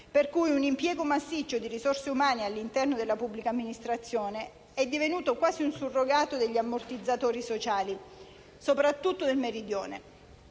per cui un impiego massiccio di risorse umane all'interno della pubblica amministrazione è divenuto quasi un surrogato degli ammortizzatori sociali, soprattutto nel Meridione.